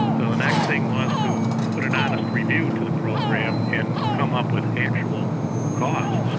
so the next thing was to put an honest review to the program and come up with actual costs.